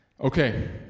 Okay